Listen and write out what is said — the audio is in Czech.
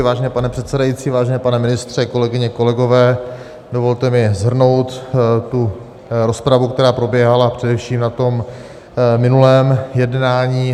Vážený pane předsedající, vážený pane ministře, kolegyně, kolegové, dovolte mi shrnout rozpravu, která proběhla především na minulém jednání.